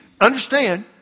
understand